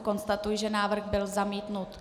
Konstatuji, že návrh byl zamítnut.